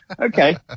Okay